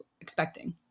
expecting